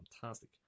fantastic